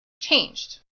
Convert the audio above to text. changed